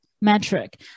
metric